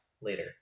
later